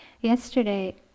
Yesterday